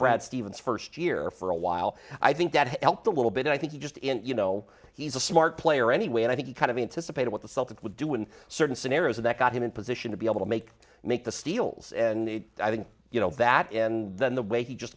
brad stevens first year for a while i think that helped a little bit i think you just you know he's a smart player anyway and i think he kind of anticipated what the celtics would do in certain scenarios that got him in position to be able to make make the steals and i think you know that and then the way he just